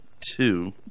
two